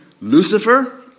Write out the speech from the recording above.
Lucifer